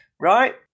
right